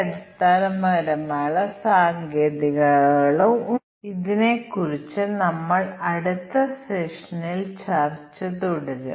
അടുത്ത പ്രഭാഷണത്തിൽ ജോഡി തിരിച്ചുള്ള പരിശോധനയെക്കുറിച്ച് ഞങ്ങൾ ചർച്ച ചെയ്യും